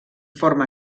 forma